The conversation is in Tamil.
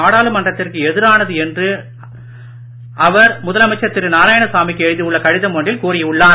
நாடாளுமன்றத்திற்கு எதிரானது என்று அவர் முதலமைச்சர் திரு நாராயணசாமிக்கு எழுதி உள்ள கடிதம் ஒன்றில் கூறி உள்ளார்